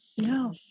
No